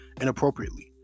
inappropriately